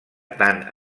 tant